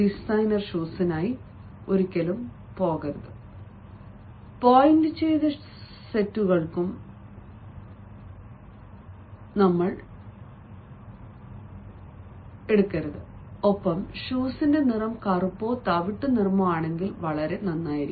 designer ഷൂസിനായി പോകരുത് പോയിന്റുചെയ്ത സെറ്റുകൾക്കും എല്ലാം പോകരുത് ഒപ്പം ഷൂസിന്റെ നിറം കറുപ്പോ തവിട്ടുനിറമോ ആണെങ്കിൽ നന്നായിരിക്കും